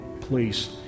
please